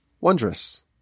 wondrous